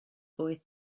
boy